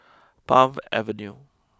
Palm Avenue